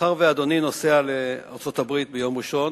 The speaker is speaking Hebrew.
מאחר שאדוני נוסע לארצות-הברית ביום ראשון,